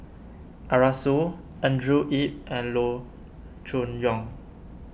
Arasu Andrew Yip and Loo Choon Yong